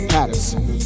Patterson